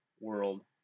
World